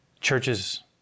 Churches